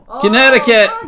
Connecticut